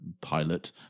Pilot